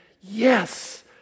Yes